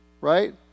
Right